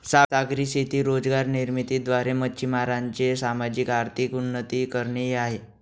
सागरी शेती रोजगार निर्मिती द्वारे, मच्छीमारांचे सामाजिक, आर्थिक उन्नती करणे हे आहे